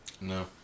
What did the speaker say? No